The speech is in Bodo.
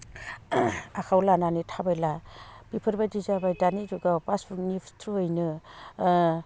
आखाइआव लानानै थाबायला बेफोरबायदि जाबाय दानि जुगाव पासबुकनि थ्रुयैनो